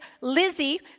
Lizzie